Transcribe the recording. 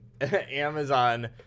Amazon